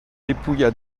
dépouilla